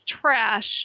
trash